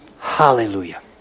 Hallelujah